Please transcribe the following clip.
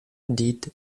did